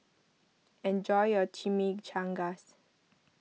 enjoy your Chimichangast